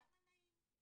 כמה נעים.